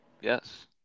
Yes